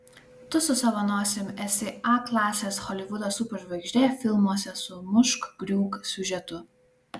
tu su savo nosim esi a klasės holivudo superžvaigždė filmuose su mušk griūk siužetu